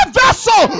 vessel